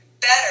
better